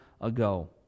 ago